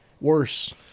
Worse